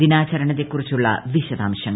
ദിനാചരണത്തെക്കുറിച്ചുള്ള വിശദാംശങ്ങൾ